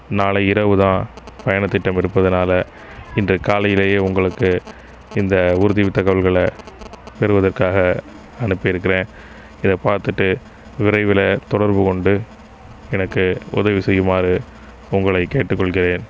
நாளை இரவு தான் பயணத்திட்டம் இருப்பதினால் இன்று காலையில உங்களுக்கு இந்த உறுதி தகவல்கள பெறுவதற்காக அனுப்பியிருக்கிற இதை பார்த்துட்டு விரைவில் தொடர்பு கொண்டு எனக்கு உதவி செய்யுமாறு உங்களை கேட்டுக்கொள்கிறேன்